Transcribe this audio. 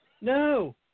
No